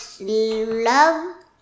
love